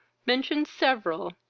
mentioned several,